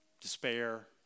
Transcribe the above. despair